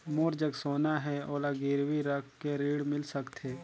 मोर जग सोना है ओला गिरवी रख के ऋण मिल सकथे?